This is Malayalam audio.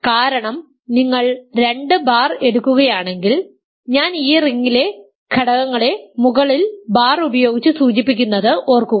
കാരണം നിങ്ങൾ 2 ബാർ എടുക്കുകയാണെങ്കിൽ ഞാൻ ഈ റിങ്ങിലെ ഘടകങ്ങളെ മുകളിൽ ബാർ ഉപയോഗിച്ച് സൂചിപ്പിക്കുന്നത് ഓർക്കുക